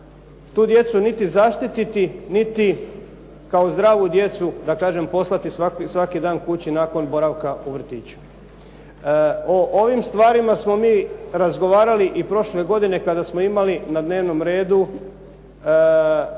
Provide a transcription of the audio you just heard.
tu djecu niti zaštiti, niti kao zdravu djecu da kažem poslati svaki dan kući nakon boravka u vrtiću. O ovim stvarima smo mi razgovarali i prošle godine kada smo imali na dnevnom redu